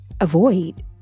avoid